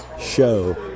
Show